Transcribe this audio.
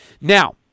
Now